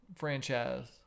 franchise